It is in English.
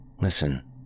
Listen